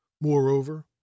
Moreover